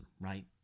right